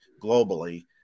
globally